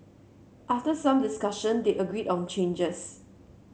after some discussion they agreed on changes